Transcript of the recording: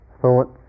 thoughts